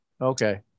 Okay